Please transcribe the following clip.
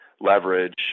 leverage